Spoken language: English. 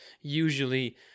Usually